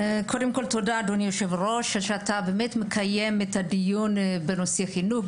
קודם כל תודה אדוני היו"ר על שאתה באמת מקיים את הדיון בנושא חינוך.